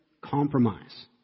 compromise